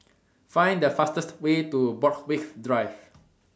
Find The fastest Way to Borthwick Drive